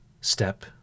step